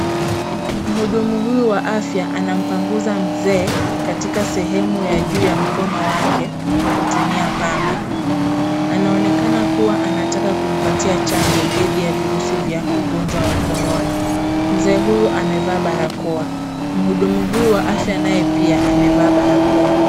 Muhudumu huyu wa afya anampanguza mzee katika sehemu ya juu ya mkono wake kwa kutumia pamba. Anaonekana kuwa anataka kumpatia chanjo dhidi ya virusi vya ugonjwa wa korona. Mzee huyu amevaa barakoa, muhudumu huyu wa afya naye pia amevaa barakoa.